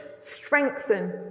strengthen